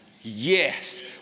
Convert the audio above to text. Yes